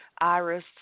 Iris